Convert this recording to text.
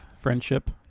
friendship